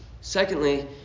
Secondly